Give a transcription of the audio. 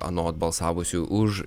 anot balsavusių už